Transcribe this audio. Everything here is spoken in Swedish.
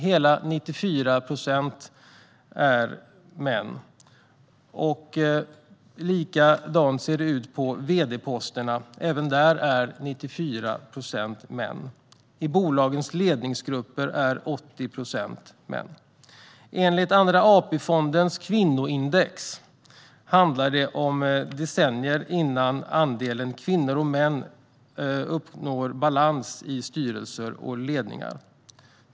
Hela 94 procent av Sveriges styrelseordförande är män. Likadant ser det ut på vd-posterna. Även här är 94 procent män. I bolagens ledningsgrupper är 80 procent män. Enligt Andra AP-fondens kvinnoindex handlar det om decennier innan andelen kvinnor och män uppnår balans i styrelser och ledningar.